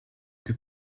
que